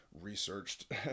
researched